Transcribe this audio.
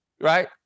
Right